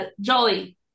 Jolie